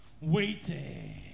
waiting